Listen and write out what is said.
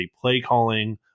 play-calling